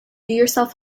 yourself